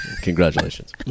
Congratulations